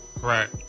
Right